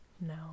no